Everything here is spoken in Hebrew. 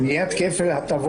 מי שכן,